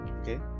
okay